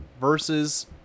versus